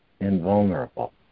invulnerable